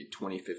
2015